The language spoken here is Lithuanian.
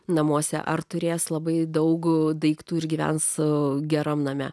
namuose ar turės labai daug daiktų ir gyvens o geram name